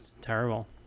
terrible